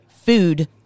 food